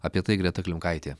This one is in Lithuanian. apie tai greta klimkaitė